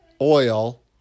oil